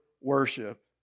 worship